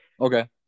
Okay